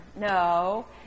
No